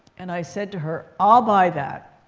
and i said to her, i'll buy that.